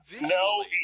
No